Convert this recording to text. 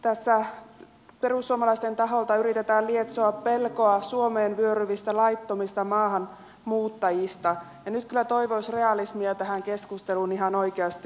tässä perussuomalaisten taholta yritetään lietsoa pelkoa suomeen vyöryvistä laittomista maahanmuuttajista ja nyt kyllä toivoisi realismia tähän keskusteluun ihan oikeasti